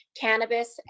cannabis